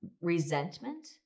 resentment